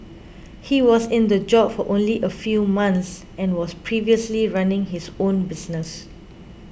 he was in the job for only a few months and was previously running his own business